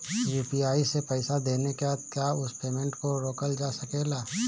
UPI से पईसा देने के बाद क्या उस पेमेंट को रोकल जा सकेला?